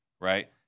right